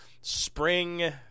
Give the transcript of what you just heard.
spring